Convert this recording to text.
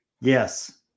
Yes